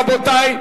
רבותי,